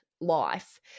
life